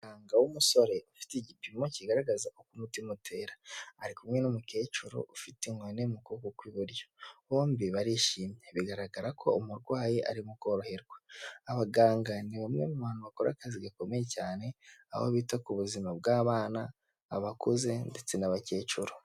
Umuganga w'umusore ufite igipimo kigaragaza uko umutima utera, ari kumwe n'umukecuru, ufite inkoni mu kuboko kw'iburyo bombi barishimye, bigaragara ko umurwayi arimo koroherwa. Abaganga ni bamwe mu bantu bakora akazi gakomeye cyane, aho bita ku buzima bw'abana, abakuze ndetse n'abakecuru.